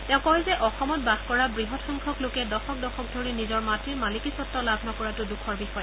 তেওঁ কয় যে অসমত বাস কৰা বৃহৎ সংখ্যক লোকে দশক দশক ধৰি নিজৰ মাটিৰ মালিকী স্বদ্ব লাভ নকৰাটো দুখৰ বিষয়